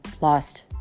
lost